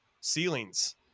ceilings